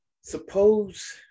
Suppose